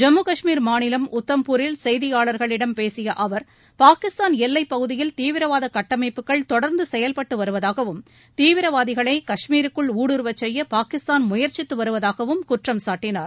ஜம்மு கஷ்மீர் மாநிலம் உத்தம்பூரில் செய்தியாளர்களிடம் பேசிய அவர் பாகிஸ்தான் எல்லைப் பகுதியில் தீவிரவாத கட்டமைப்புகள் தொடர்ந்து செயல்பட்டு வருவதாகவும் தீவிரவாதிகளை கஷ்மீருக்குள் ஊடுருவச் செய்ய பாகிஸ்தான் முயற்சித்து வருவதாகவும் குற்றம் சாட்டினார்